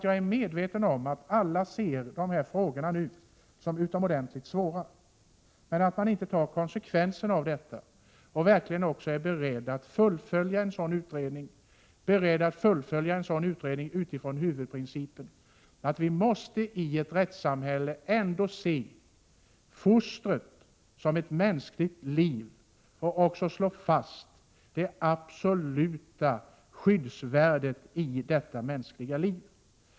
Jag är medveten om att alla nu ser dessa frågor som utomordentligt svåra. Men man är inte beredd att fullfölja en utredning utifrån huvudprincipen att vi i ett rättssamhälle måste se fostret som ett mänskligt liv och också slå fast det absoluta skyddsvärdet i detta mänskliga liv.